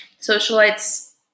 socialites